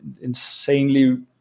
insanely